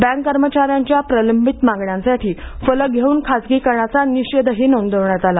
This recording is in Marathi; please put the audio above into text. बँक कर्मचाऱ्यांच्या प्रलंबित मागण्यासाठी फलक घेऊन खासगीकरणाचा निषेधही नोंदवला